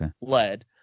lead